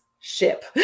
ship